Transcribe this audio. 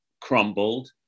crumbled